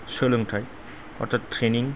सोलोंथाइ अर्थात त्रेनिं